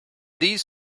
these